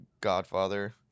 Godfather